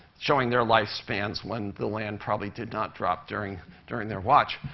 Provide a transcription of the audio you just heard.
showing their lifespans when the land probably did not drop during during their watch.